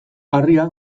harria